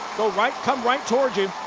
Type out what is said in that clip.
go right come right towards you.